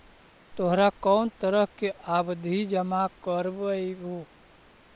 तोहरा कौन तरह के आवधि जमा करवइबू